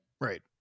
right